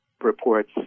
Reports